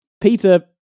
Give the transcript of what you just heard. Peter